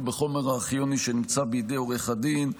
בחומר הארכיוני שנמצא בידי עורך הדין,